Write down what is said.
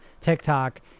TikTok